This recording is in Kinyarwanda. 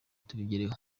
tubigereho